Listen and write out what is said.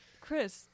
Chris